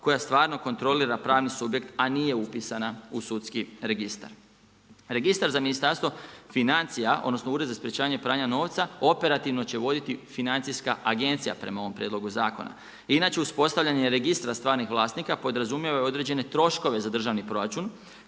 koja stvarno kontrolira pravni subjekt a nije upisana u sudski registar. Registar za Ministarstvo financija, odnosno Ured za sprječavanje pranja novca operativno će voditi Financijska agencija prema ovom prijedlogu zakona. Inače uspostavljanje registra stvarnih vlasnika podrazumijeva i određene troškove za državni proračun